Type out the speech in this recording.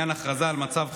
לעניין הכרזה על מצב חירום.